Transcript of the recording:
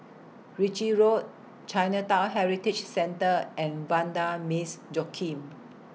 Ritchie Road Chinatown Heritage Centre and Vanda Miss Joaquim